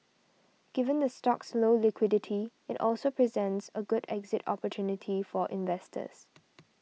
given the stock's low liquidity it also presents a good exit opportunity for investors